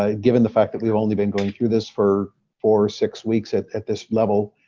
ah given the fact that we've only been going through this for four or six weeks at at this level,